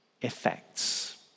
effects